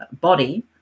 body